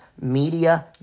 media